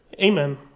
Amen